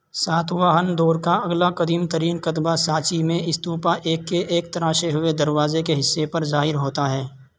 ساتواہن دور کا اگلا قدیم ترین کتبہ سانچی میں استوپا ایک کے ایک تراشے ہوئے دروازے کے حصے پر ظاہر ہوتا ہے